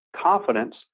confidence